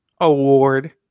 award